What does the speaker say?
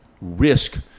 risk